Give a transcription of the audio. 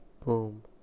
Boom